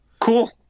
cool